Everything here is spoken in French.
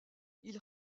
ils